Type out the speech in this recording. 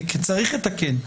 כי צריך לתקן,